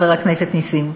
חבר הכנסת נסים,